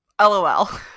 lol